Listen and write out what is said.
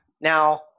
Now